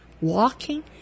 walking